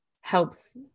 helps